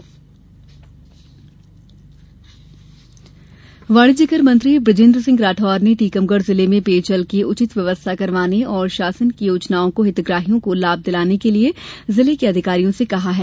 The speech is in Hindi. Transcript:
मंत्री बैठक वाणिज्यिक कर मंत्री बुजेन्द्र सिंह राठौर ने टीकमगढ़ जिले में पेयजल की उचित व्यवस्था करवाने और शासन की योजनाओं को हितग्राहियों को लाभ दिलाने के लिये जिले के अधिकारियों से कहा है